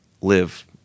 live